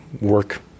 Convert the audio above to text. work